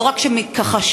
לא רק שהם התכחשו,